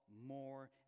more